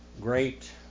great